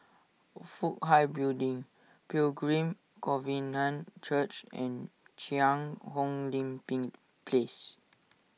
Fook Hai Building Pilgrim Covenant Church and Cheang Hong Lim Ping Place